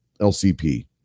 lcp